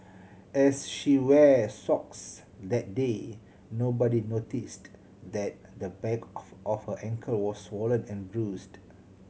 as she wear socks that day nobody noticed that the back of of her ankle was swollen and bruised